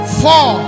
four